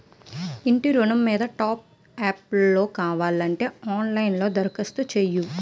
ఇంటి ఋణం మీద టాప్ అప్ లోను కావాలంటే ఆన్ లైన్ లో దరఖాస్తు చెయ్యు